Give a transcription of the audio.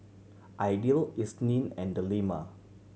Aidil Isnin and Delima